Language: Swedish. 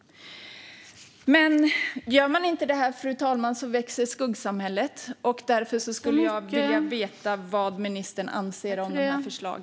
Gör man inte detta, fru talman, växer skuggsamhället. Därför skulle jag vilja veta vad ministern anser om dessa förslag.